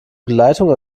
begleitung